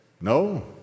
No